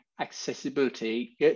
accessibility